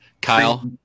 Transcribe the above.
Kyle